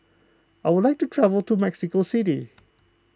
I would like to travel to Mexico City